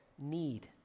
need